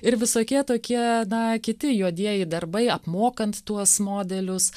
ir visokie tokie na kiti juodieji darbai apmokant tuos modelius